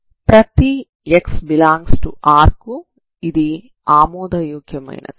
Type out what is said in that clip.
ప్రతి x∈R కు ఇది ఆమోదయోగ్యమైనది